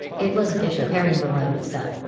it was bishop aringarosa.